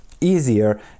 easier